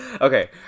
okay